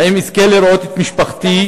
האם אזכה לראות את משפחתי?